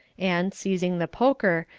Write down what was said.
and, seizing the poker,